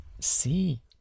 see